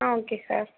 okay sir